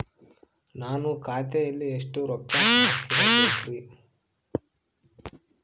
ನಾನು ಖಾತೆಯಲ್ಲಿ ಎಷ್ಟು ರೊಕ್ಕ ಹಾಕಬೇಕ್ರಿ?